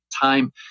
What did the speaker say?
time